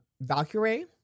Valkyrie